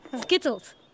Skittles